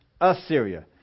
Assyria